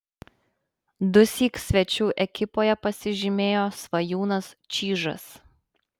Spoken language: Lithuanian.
dusyk svečių ekipoje pasižymėjo svajūnas čyžas